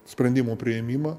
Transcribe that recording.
sprendimų priėmimą